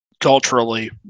culturally